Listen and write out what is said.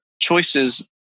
choices